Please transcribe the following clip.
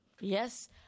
yes